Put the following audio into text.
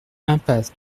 impasse